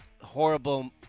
horrible